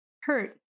hurt